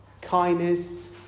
kindness